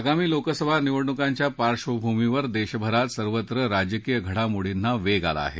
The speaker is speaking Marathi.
आगामी लोकसभा निवडणुकांच्या पार्श्वभूमीवर देशभरात सर्वत्र राजकीय घडमोडींना वेग आला आहे